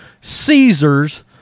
Caesars